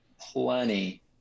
plenty